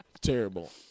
Terrible